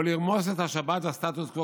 או לרמוס את השבת והסטטוס קוו,